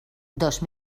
dos